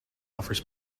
offers